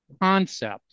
concept